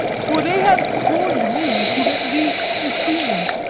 for they have scorned me whom it least beseemed,